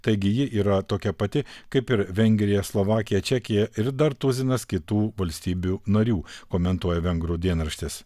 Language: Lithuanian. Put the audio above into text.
taigi ji yra tokia pati kaip ir vengrija slovakija čekija ir dar tuzinas kitų valstybių narių komentuoja vengrų dienraštis